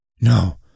No